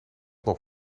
nog